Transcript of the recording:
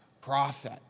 prophet